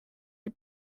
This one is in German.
die